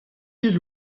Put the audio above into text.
ket